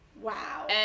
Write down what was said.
Wow